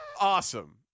awesome